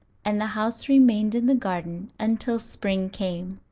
and the house remained in the garden until spring came.